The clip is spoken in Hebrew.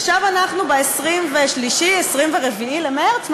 עכשיו אנחנו ב-23, ב-24 במרס?